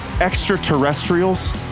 extraterrestrials